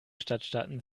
stadtstaaten